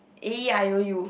A E I O U